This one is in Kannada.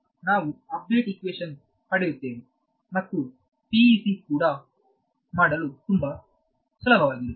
ನಾವು ಅಪ್ಡೇಟ್ ಇಕ್ವೇಶ ಪಡೆಯುತ್ತೇವೆ ಮತ್ತು PEC ಕೂಡ ಮಾಡಲು ತುಂಬಾ ಸರಳವಾಗಿದೆ